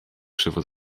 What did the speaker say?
krzywo